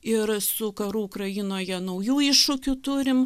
ir su karu ukrainoje naujų iššūkių turim